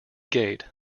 gate